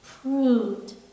proved